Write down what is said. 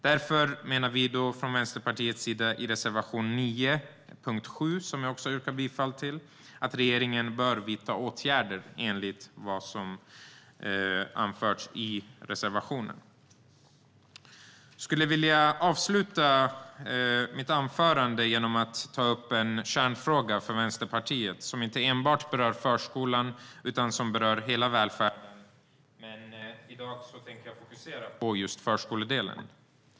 Därför menar vi från Vänsterpartiets sida i reservation 9 under punkt 7, som jag också yrkar bifall till, att regeringen bör vidta åtgärder enligt vad som anförs i reservationen. Jag skulle vilja avsluta mitt anförande med att ta upp en kärnfråga för Vänsterpartiet som inte enbart berör förskolan utan som berör hela välfärden. Men i dag tänker jag fokusera på just förskoledelen.